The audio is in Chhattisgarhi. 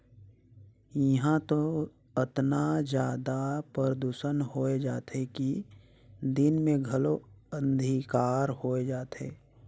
इहां तो अतना जादा परदूसन होए जाथे कि दिन मे घलो अंधिकार होए जाथे